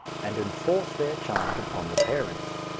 and enforce their charge upon the parents.